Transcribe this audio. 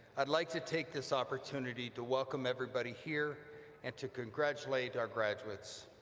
i'd like to take this opportunity to welcome everybody here and to congratulate our graduates,